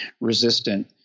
resistant